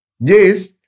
Yes